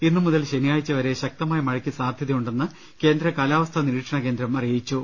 ഇന്നുമുതൽ ശനിയാഴ്ച വരെ ശക്തമായ മഴയ്ക്ക് സാധ്യതയുണ്ടെന്ന് കേന്ദ്ര കാലാ വസ്ഥാനിരീക്ഷണകേന്ദ്രം അറിയിച്ചു